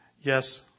yes